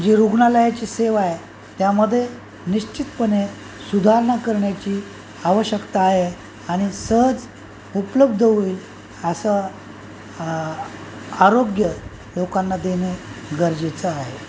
जी रुग्णालयाची सेवा आहे त्यामध्ये निश्चितपणे सुधारणा करण्याची आवश्यकता आहे आणि सहज उपलब्ध होईल असं आरोग्य लोकांना देणे गरजेचं आहे